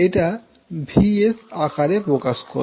আমরা এটা 𝛎s আকারে প্রকাশ করবো